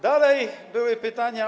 Dalej były pytania.